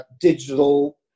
digital